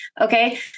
Okay